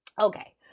Okay